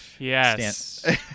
Yes